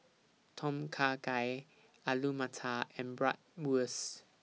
Tom Kha Gai Alu Matar and Bratwurst